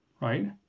right